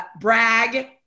brag